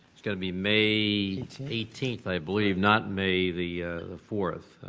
it's going to be may eighteenth i believe not may the the fourth.